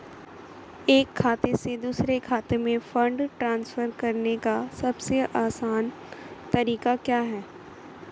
एक खाते से दूसरे खाते में फंड ट्रांसफर करने का सबसे आसान तरीका क्या है?